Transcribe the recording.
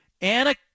Anna